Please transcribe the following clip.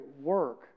work